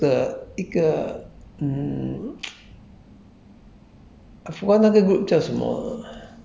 好像是在那个 Facebook 的那个什么 Facebook 的一个 mm